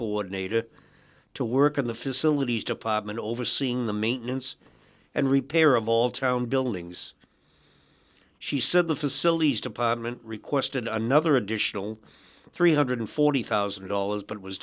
coordinator to work in the facilities department overseeing the maintenance and repair of all town buildings she said the facilities department requested another additional three hundred and forty thousand dollars but